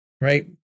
right